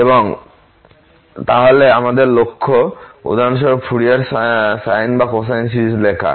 এবং তাহলে আমাদের লক্ষ্য উদাহরণস্বরূপ ফুরিয়ার সাইন বা কোসাইন সিরিজ লেখা